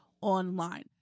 online